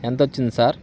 ఎంత వచ్చింది సార్